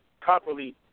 properly